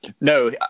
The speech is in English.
No